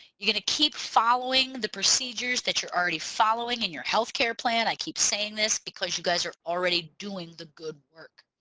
you're gonna keep following the procedures that you're already following in your healthcare plan. i keep saying this because you guys are already doing the good work.